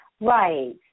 Right